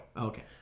Okay